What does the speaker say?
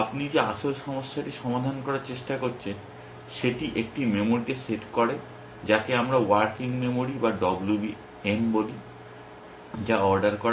আপনি যে আসল সমস্যাটি সমাধান করার চেষ্টা করছেন সেটি একটি মেমরিতে সেট করে যাকে আমরা ওয়ার্কিং মেমরি বা WM বলি যা অর্ডার করা হয়